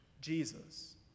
Jesus